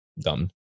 dumb